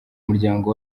umuryango